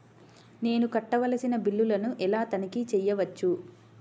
నేను కట్టవలసిన బిల్లులను ఎలా తనిఖీ చెయ్యవచ్చు?